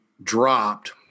dropped